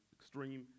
extreme